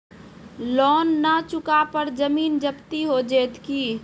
Loan न चुका पर जमीन जब्ती हो जैत की?